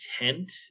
intent